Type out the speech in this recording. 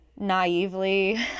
naively